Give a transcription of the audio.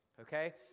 okay